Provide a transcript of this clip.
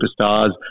superstars